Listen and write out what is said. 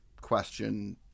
Question